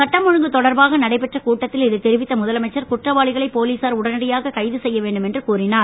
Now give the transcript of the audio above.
சட்டம் ஒழுங்கு தொடர்பாக நடைபெற்ற கூட்டத்தில் இதை தெரிவித்த முதலமைச்சர் குற்றவாளிகளை போலீசார் உடனடியாக கைது செய்ய வேண்டும் என கூறினார்